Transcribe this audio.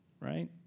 Right